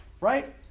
right